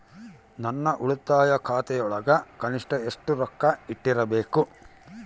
ನನ್ನ ಉಳಿತಾಯ ಖಾತೆಯೊಳಗ ಕನಿಷ್ಟ ಎಷ್ಟು ರೊಕ್ಕ ಇಟ್ಟಿರಬೇಕು?